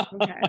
Okay